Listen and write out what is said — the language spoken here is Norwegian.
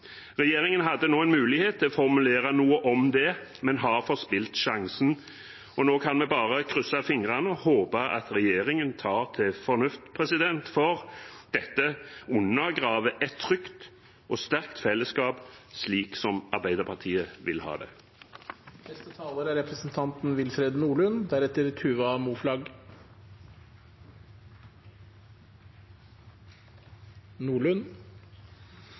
Regjeringen hadde nå en mulighet til å formulere noe om det, men har forspilt sjansen. Nå kan vi bare krysse fingrene og håpe at regjeringen tar til fornuft, for dette undergraver et trygt og sterkt fellesskap, slik som Arbeiderpartiet vil ha det. Jeg skal ikke påberope meg å bo i det som virkelig er